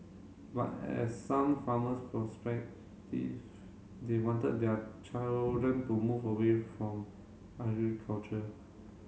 but as some farmers they wanted their children to move away from agriculture